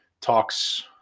talks